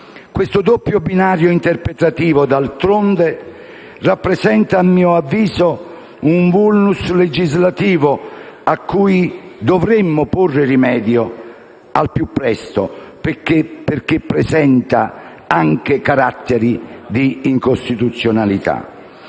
Questo doppio binario interpretativo, d'altronde, rappresenta, a mio avviso, un *vulnus* legislativo a cui dovremmo porre rimedio al più presto, perché presenta anche caratteri di incostituzionalità.